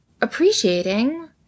appreciating